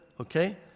Okay